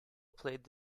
played